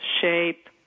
shape